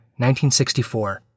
1964